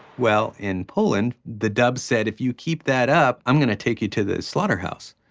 well, in poland the dub said, if you keep that up, i'm going to take you to the slaughterhouse.